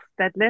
deadlift